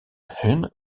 hun